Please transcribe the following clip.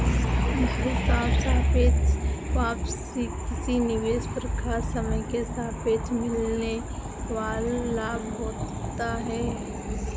भाई साहब सापेक्ष वापसी किसी निवेश पर खास समय के सापेक्ष मिलने वाल लाभ होता है